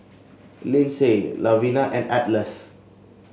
Lyndsey Lavina and Atlas